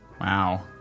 Wow